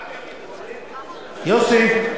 יוסי.